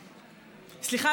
סליחה,